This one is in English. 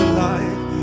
life